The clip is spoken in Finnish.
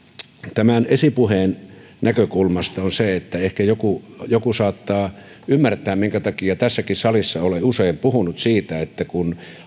tämän esipuheen näkökulmasta ehkä joku joku saattaa ymmärtää minkä takia tässäkin salissa olen usein puhunut siitä että kun